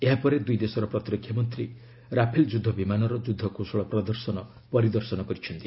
ଏହା ପରେ ଦୁଇଦେଶର ପ୍ରତିରକ୍ଷାମନ୍ତ୍ରୀ ରାଫେଲ ଯୁଦ୍ଧ ବିମାନର ଯୁଦ୍ଧକୌଶଳ ପ୍ରଦର୍ଶନ ପରିଦର୍ଶନ କରିଛନ୍ତି